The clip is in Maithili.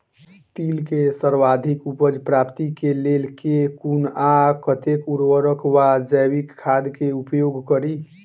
तिल केँ सर्वाधिक उपज प्राप्ति केँ लेल केँ कुन आ कतेक उर्वरक वा जैविक खाद केँ उपयोग करि?